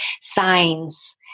signs